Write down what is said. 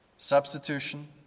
Substitution